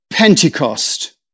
Pentecost